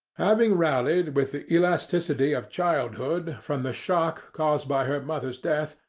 having rallied, with the elasticity of childhood, from the shock caused by her mother's death,